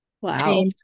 Wow